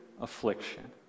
affliction